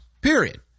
period